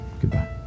Goodbye